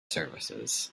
services